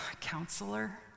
counselor